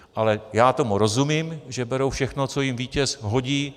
Ale já tomu rozumím, že berou všechno, co jim vítěz hodí.